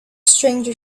stranger